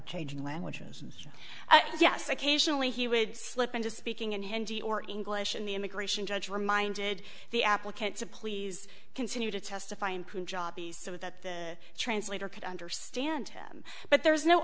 changing languages yes occasionally he would slip into speaking in hindi or english and the immigration judge reminded the applicant to please continue to testify in punjabi so that the translator could understand him but there is no